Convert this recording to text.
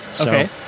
Okay